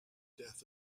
death